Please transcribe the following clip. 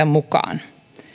mukaan